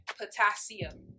potassium